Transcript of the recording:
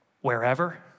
wherever